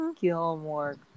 Gilmore